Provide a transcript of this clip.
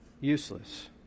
useless